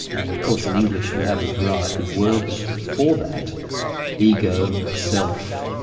and of course in english we have a variety of words for that ego, self,